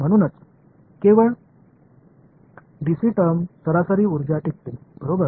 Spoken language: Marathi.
म्हणूनच केवळ डीसी टर्म्स सरासरी उर्जा टिकते बरोबर